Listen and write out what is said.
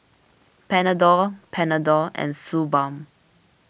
Panadol Panadol and Suu Balm